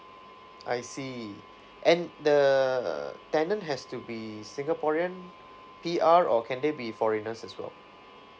I see and the tenant has to be singaporean P_R or can they be foreigners as well